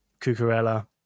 Cucurella